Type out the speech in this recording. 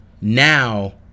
now